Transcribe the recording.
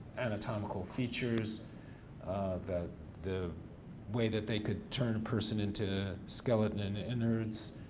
anatomical features that the way that they could turn a person into skeleton and innards.